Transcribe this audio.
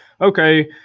okay